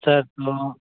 sir तो